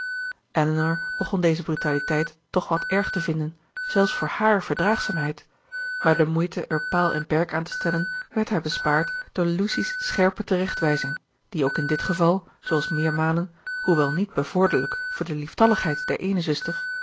elinor begon deze brutaliteit toch wat erg te vinden zelfs voor hààr verdraagzaamheid maar de moeite er paal en perk aan te stellen werd haar bespaard door lucy's scherpe terechtwijzing die ook in dit geval zooals meermalen hoewel niet bevorderlijk voor de lieftalligheid der